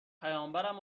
پیامبرمم